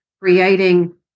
creating